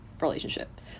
relationship